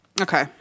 Okay